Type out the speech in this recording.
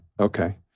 okay